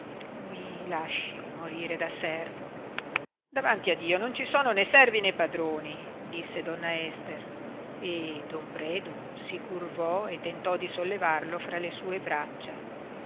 mi lasci morire da servo davanti a dio non ci sono né servi né padroni disse donna ester e don predu si curvò e tentò di sollevarlo fra le sue braccia